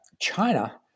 China